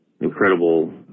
incredible